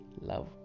Love